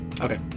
Okay